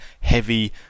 heavy